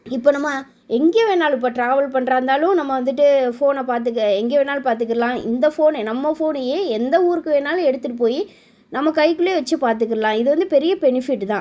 இப்போ நம்ம எங்கே வேணாலும் இப்போ ட்ராவல் பண்ணுற இருந்தாலும் நம்ம வந்துட்டு ஃபோனை பார்த்துக்க எங்கே வேணாலும் பார்த்துக்கிருலாம் இந்த ஃபோனு நம்ம ஃபோனு ஏன் எந்த ஊருக்கு வேணாலும் எடுத்துகிட்டு போய் நம்ம கைக்குள்ளையே வெச்சு பார்த்துக்கிருலாம் இது வந்து பெரிய பெனிஃபிட்டு தான்